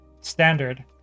standard